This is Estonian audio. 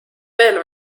veel